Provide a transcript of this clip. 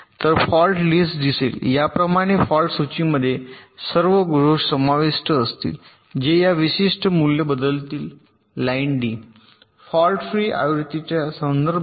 तर fault list दिसेल या प्रमाणे फॉल्ट सूचीमध्ये सर्व दोष समाविष्ट असतील जे या विशिष्टचे मूल्य बदलतील लाइन डी फॉल्ट फ्री आवृत्तीच्या संदर्भात